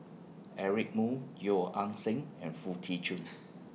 Eric Moo Yeo Ah Seng and Foo Tee Jun